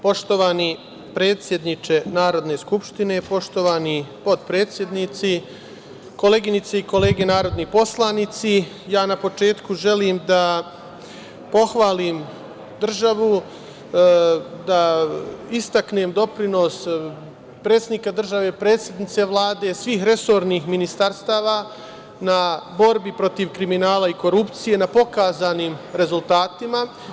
Poštovani predsedniče Narodne skupštine, poštovani potpredsednici, koleginice i kolege narodni poslanici, ja na početku želim da pohvalim državu, da istaknem doprinos predsednika države, predsednice Vlade, svih resornih ministarstava na borbi protiv kriminala i korupcije, na pokazanim rezultatima.